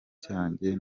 cyanjye